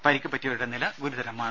പരിക്കുപറ്റിയവരുടെ നില ഗുരുതരമാണ്